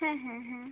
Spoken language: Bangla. হ্যাঁ হ্যাঁ হ্যাঁ